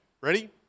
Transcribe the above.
Ready